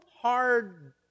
hard